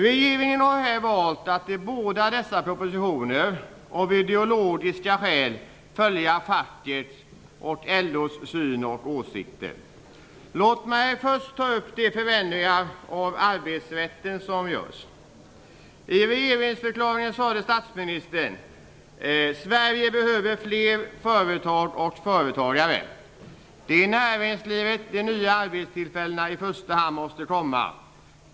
Regeringen har valt att i båda dessa propositioner av ideologiska skäl följa fackets och LO:s syn och åsikter. Låt mig först ta upp de förändringar av arbetsrätten som görs. I regeringsförklaringen sade statsministern: Sverige behöver fler företag och företagare. Det är i näringslivet de nya arbetstillfällena i första hand måste komma.